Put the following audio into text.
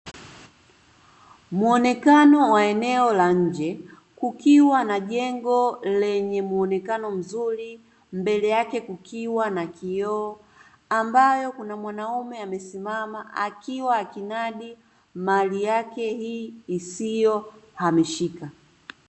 Muonekano wa eneo la nje kukiwa na jengo, lenye muonekano mzuri, mbele yake kukiwa na kioo ambayo kuna mwanaume amesimama akiwa akinadi mali yake hii isiyohamishika.